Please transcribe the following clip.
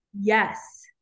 Yes